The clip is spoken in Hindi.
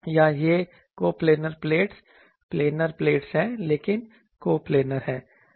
या यह कोप्लैनर प्लेट्स प्लेनर प्लेट्स हैं लेकिन कोप्लैनर हैं